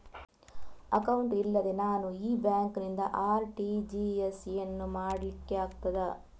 Account ಇಲ್ಲದೆ ನಾನು ಈ ಬ್ಯಾಂಕ್ ನಿಂದ ಆರ್.ಟಿ.ಜಿ.ಎಸ್ ಯನ್ನು ಮಾಡ್ಲಿಕೆ ಆಗುತ್ತದ?